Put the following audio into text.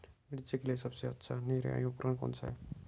मिर्च के लिए सबसे अच्छा निराई उपकरण कौनसा है?